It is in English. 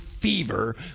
fever